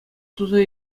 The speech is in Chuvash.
туса